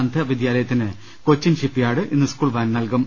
അന്ധവിദ്യാലയത്തിന് Cochin shipyard ഇന്ന് school van നൽകും